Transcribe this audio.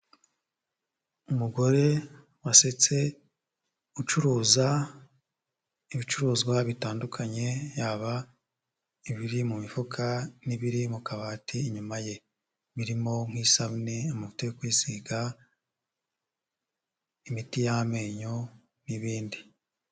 Umugore wasetse ucuruza ibicuruzwa bitandukanye yaba ibiri mu mifuka n'ibiri mu kabati inyuma ye birimo: nk'isabune, umuti wo kwisiga, imiti y'amenyo n'ibindi.